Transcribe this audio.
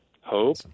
hope